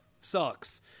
sucks